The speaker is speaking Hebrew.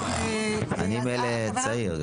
אני, מילא, צעיר.